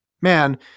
man